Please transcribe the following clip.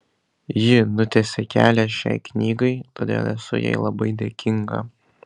ji nutiesė kelią šiai knygai todėl esu jai labai dėkinga